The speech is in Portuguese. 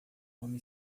homem